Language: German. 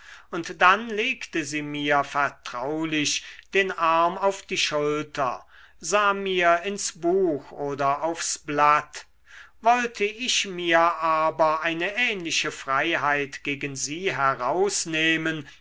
und dann legte sie mir vertraulich den arm auf die schulter sah mir ins buch oder aufs blatt wollte ich mir aber eine ähnliche freiheit gegen sie herausnehmen